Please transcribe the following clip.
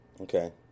Okay